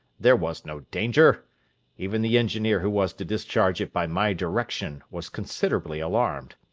there was no danger even the engineer who was to discharge it by my direction was considerably alarmed.